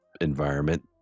environment